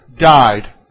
died